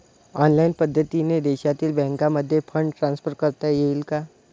Online पद्धतीने देशातील बँकांमध्ये फंड ट्रान्सफर करता येईल का?